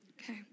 Okay